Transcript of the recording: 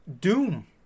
Doom